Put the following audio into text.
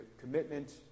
commitment